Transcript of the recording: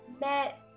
met